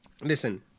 Listen